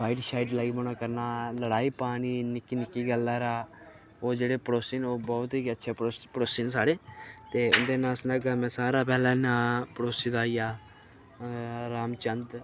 fight शाईट लग्गी पौना करना लड़ाई पानी निक्की निक्की गल्ला रा ओह् जेह्ड़े पढ़ोसी न ओह् बहुत गै अच्छे पड़ोसी न साढ़े ते इं'दे नांऽ सनागा ते सारा हा पैह्लें लैना पड़ोसी दा होइया रामचंद